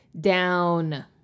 down